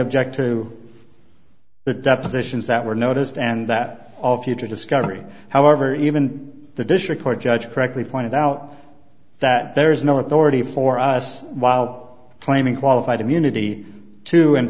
checked to the depositions that were noticed and that all future discovery however even the district court judge correctly pointed out that there is no authority for us while claiming qualified immunity to in